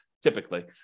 typically